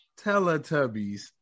Teletubbies